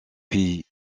pays